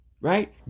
right